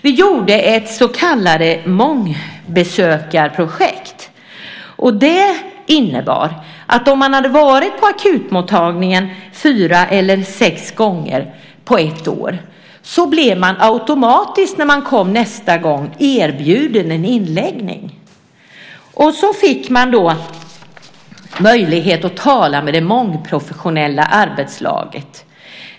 Vi genomförde ett så kallat mångbesökarprojekt. Det innebar att om man hade varit på akutmottagningen fyra eller sex gånger på ett år blev man när man kom nästa gång automatiskt erbjuden inläggning. Då fick man möjlighet att tala med det mångprofessionella arbetslaget.